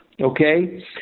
okay